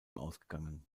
ausgegangen